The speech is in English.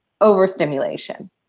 overstimulation